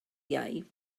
iau